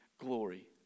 glory